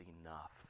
enough